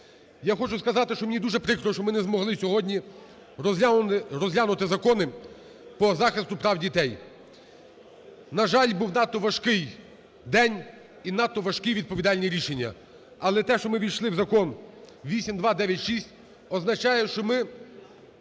Я хочу сказати, що мені дуже прикро, що ми не змогли сьогодні розглянути закони по захисту прав дітей. На жаль, був надто важкий день і надто важкі і відповідальні рішення. Але те, що ми ввійшли в Закон 8296, означає, що ми